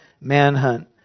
manhunt